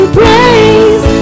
praise